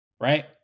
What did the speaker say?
Right